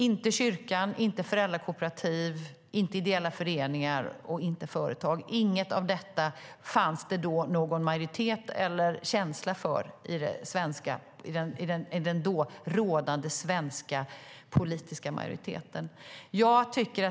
Det fanns ingen majoritet eller känsla i den rådande svenska politiken för att kyrkan, föräldrakooperativ, ideella föreningar eller företag skulle kunna driva förskola.